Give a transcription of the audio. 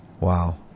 Wow